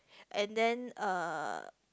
and then uh